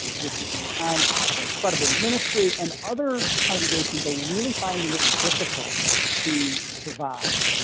this isn't a time of incredible ministry and other congregations are really finding it difficult to survive.